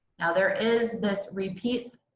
now there is this repeat